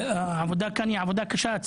העבודה כאן היא עבודה קשה.